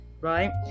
right